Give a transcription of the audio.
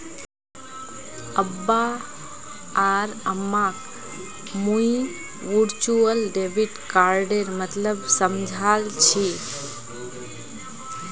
अब्बा आर अम्माक मुई वर्चुअल डेबिट कार्डेर मतलब समझाल छि